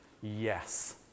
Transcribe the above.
yes